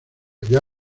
había